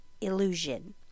illusion